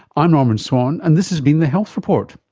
ah norman swan and this has been the health report.